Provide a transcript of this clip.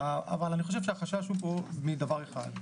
אבל אני חושב שהחשש הוא פה מדבר אחד,